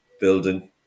building